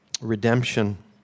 Redemption